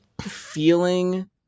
feeling